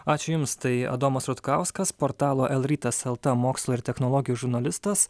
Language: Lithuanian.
ačiū jums tai adomas rutkauskas portalo lrytas lt mokslo ir technologijų žurnalistas